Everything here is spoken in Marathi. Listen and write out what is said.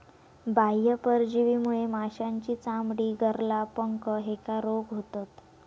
बाह्य परजीवीमुळे माशांची चामडी, गरला, पंख ह्येका रोग होतत